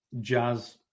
jazz